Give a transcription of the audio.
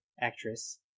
actress